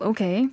Okay